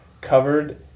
covered